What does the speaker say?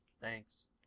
Thanks